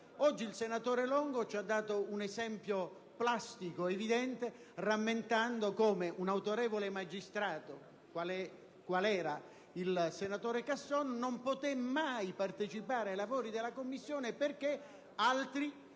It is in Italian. Oggi il senatore Longo ha fornito un esempio evidente rammentando come un autorevole magistrato qual è il senatore Casson non ha mai potuto partecipare ai lavori della commissione perché altri